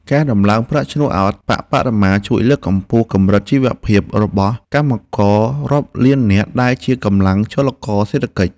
ការដំឡើងប្រាក់ឈ្នួលអប្បបរមាជួយលើកកម្ពស់កម្រិតជីវភាពរបស់កម្មកររាប់លាននាក់ដែលជាកម្លាំងចលករសេដ្ឋកិច្ច។